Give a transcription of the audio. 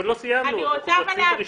אבל לא סיימנו, אנחנו בסעיף הראשון.